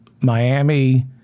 Miami